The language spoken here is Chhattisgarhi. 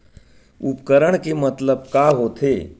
उपकरण के मतलब का होथे?